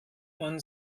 man